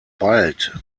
bald